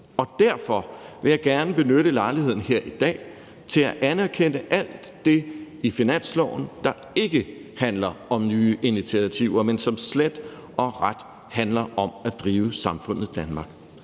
Derfor vil jeg gerne benytte lejligheden her i dag til at anerkende alt det i finansloven, der ikke handler om nye initiativer, men som slet og ret handler om at drive samfundet Danmark.